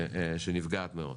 שנפגעת מאוד.